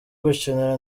gukinira